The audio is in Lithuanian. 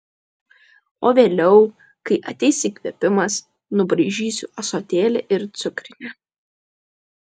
o vėliau kai ateis įkvėpimas nubraižysiu ąsotėlį ir cukrinę